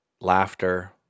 laughter